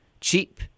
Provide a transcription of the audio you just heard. cheap